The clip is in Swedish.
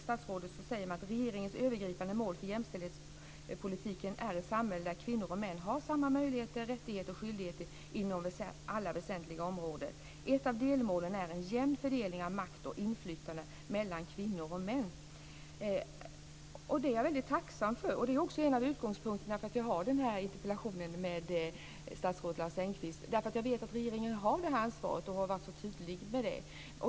Statsrådet sade i sitt svar att "regeringens övergripande mål för jämställdhetspolitiken är ett samhälle där kvinnor och män har samma möjligheter, rättigheter och skyldigheter inom alla väsentliga områden. Ett av delmålen är en jämn fördelning av makt och inflytande mellan kvinnor och män." Jag är tacksam för detta. Det är en av utgångspunkterna för att jag har ställt denna interpellation till statsrådet Lars Engqvist. Jag vet att regeringen har varit tydlig angående ansvaret.